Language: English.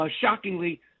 shockingly